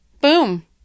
Boom